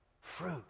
Fruit